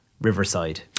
Riverside